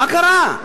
מה קרה?